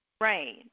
Right